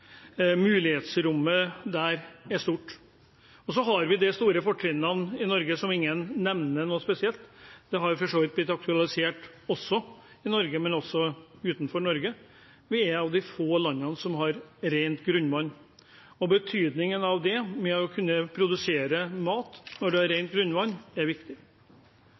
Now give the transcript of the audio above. Mulighetsrommet der er stort. Vi har også et stort fortrinn i Norge som ingen nevner noe særlig. Det har blitt aktualisert i Norge, men også utenfor Norge: Vi er et av få land som har rent grunnvann. Betydningen av å kunne produsere mat når man har rent grunnvann, er viktig.